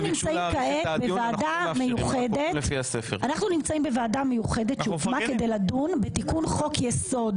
אנחנו נמצאים כעת בוועדה מיוחדת שהוקמה כדי לדון בתיקון חוק יסוד.